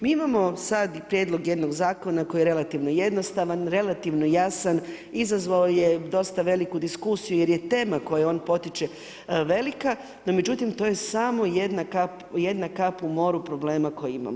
Mi imamo sad prijedlog jednog zakona koji je relativno jednostavan, relativno jasan, izazvao je dosta veliku diskusiju jer je tema koju on potiče velika, no međutim, to je samo jedna kap u moru problema koji imamo.